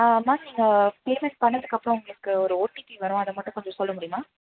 ஆ ma'am நீங்கள் payment பண்ணதுக்கு அப்புறோம் உங்களுக்கு ஒரு ஓடிபி வரும் அதை மட்டும் கொஞ்சம் சொல்ல முடியுமா